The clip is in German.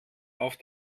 auf